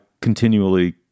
continually